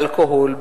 באלכוהול,